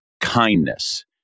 kindness